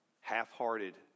half-hearted